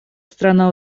страна